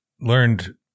learned